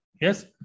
Yes